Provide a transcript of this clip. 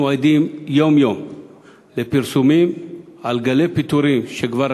אנחנו עדים יום-יום לפרסומים על גלי פיטורים שכבר